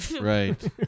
Right